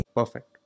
Perfect